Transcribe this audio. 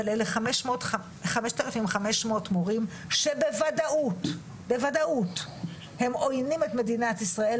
אבל אלה חמשת אלפים חמש מאות מורים שבוודאות הם עויינים את מדינת ישראל,